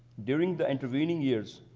during the intervening years,